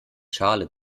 schale